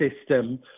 system